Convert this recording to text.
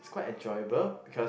quite enjoyable because